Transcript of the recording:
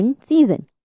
season